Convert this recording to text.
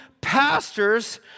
pastors